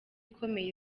ikomeye